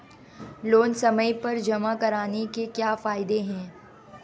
Loan समय पर जमा कराने के क्या फायदे हैं?